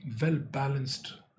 well-balanced